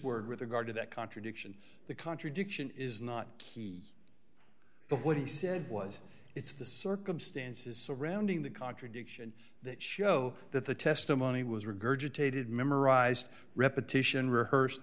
word with regard to that contradiction the contradiction is not he but what he said was it's the circumstances surrounding the contradiction that show that the testimony was regurgitated memorized repetition rehearsed